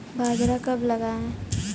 बाजरा कब लगाएँ?